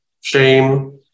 shame